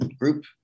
group